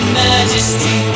majesty